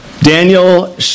Daniel